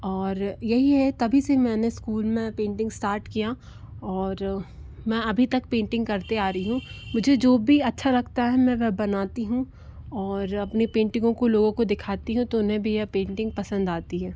और यही है तभी से मैंने स्कूल में पेंटिंग स्टार्ट किया और मैं अभी तक पेंटिंग करते आ री हूँ मुझे जो भी अच्छा लगता है मैं वह बनाती हूँ और अपने पेंटिंगों को लोगों को दिखाती हूँ तो उन्हें भी यह पेंटिंग पसंद आती है